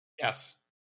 Yes